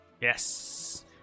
yes